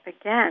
again